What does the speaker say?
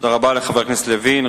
תודה רבה לחבר הכנסת לוין.